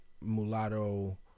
mulatto